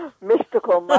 mystical